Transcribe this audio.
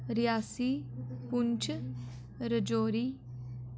Reasi Poonch Rajouri